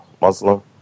Muslim